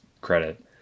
credit